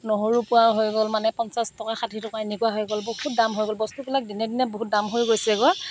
নহৰু পোৱা হৈ গ'ল মানে পঞ্চাছ টকা ষাঠি টকা এনেকুৱা হৈ গ'ল বহুত দাম হৈ গ'ল বস্তুবিলাক দিনে দিনে বহুত দাম হৈ গৈছেগৈ